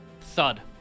Thud